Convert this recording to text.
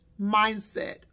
mindset